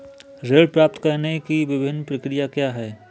ऋण प्राप्त करने की विभिन्न प्रक्रिया क्या हैं?